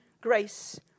grace